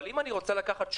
אבל אם אני רוצה לקחת שובר,